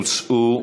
הוצעו,